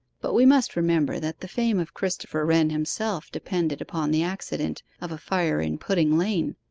but we must remember that the fame of christopher wren himself depended upon the accident of a fire in pudding lane.